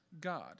God